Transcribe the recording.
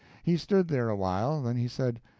he stood there awhile then he said,